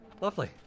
Lovely